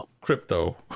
crypto